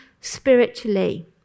spiritually